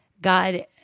God